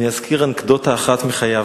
אני אזכיר אנקדוטה אחת מחייו.